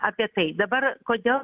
apie tai dabar kodėl